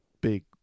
big